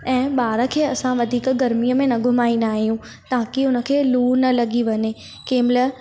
ऐं ॿार खे असां वधीक गर्मीअ में न घुमाईंदा आहियूं ताकी हुन खे लू न लॻी वञे कंहिंमहिल